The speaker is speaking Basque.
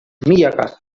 milaka